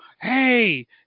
hey